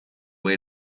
way